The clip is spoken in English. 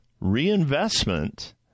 reinvestment